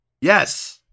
Yes